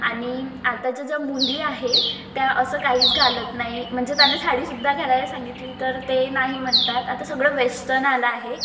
आणि आताच्या ज्या मुली आहे त्या असं काहीच घालत नाही म्हणजे त्यांना साडीसुद्धा घालायला सांगितली तर ते नाही म्हणतात आता सगळं वेस्टन आलं आहे